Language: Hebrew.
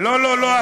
לא, לא.